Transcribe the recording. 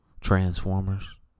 transformers